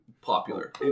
popular